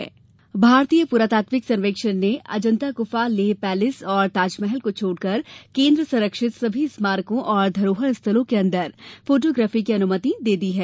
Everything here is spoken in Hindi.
पुरातात्विक फोटोग्राफी भारतीय पुरातात्विक सर्वेक्षण में अजन्ता गुफा लेह पेलेस और ताजमहल को छोड़कर केन्द्र संरक्षित समी स्मारकों और धरोहर स्थलों के अन्दर फोटोग्राफी की अनुमति दे दी है